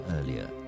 earlier